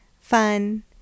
fun